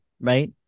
right